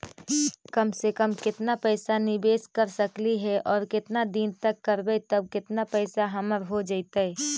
कम से कम केतना पैसा निबेस कर सकली हे और केतना दिन तक करबै तब केतना पैसा हमर हो जइतै?